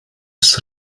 ist